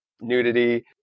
nudity